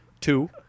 Two